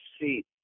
seat